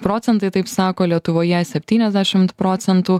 procentai taip sako lietuvoje septyniasdešimt procentų